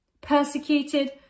persecuted